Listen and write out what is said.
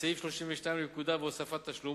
סעיף 32 לפקודה והוספת תשלום,